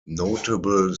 notable